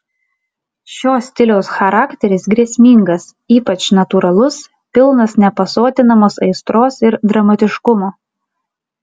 šio stiliaus charakteris grėsmingas ypač natūralus pilnas nepasotinamos aistros ir dramatiškumo